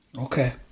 Okay